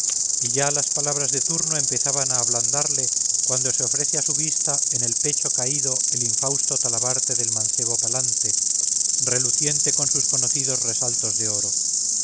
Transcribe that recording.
y ya las palabras de turno empezaban a ablandarle cuando se ofrece a su vista en el pecho caído el infausto talabarte del mancebo palante reluciente con sus conocidos resaltos de oro